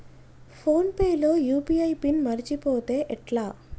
Phone pay లో UPI pin మరచిపోతే ఎట్లా?